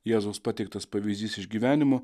jėzaus pateiktas pavyzdys išgyvenimų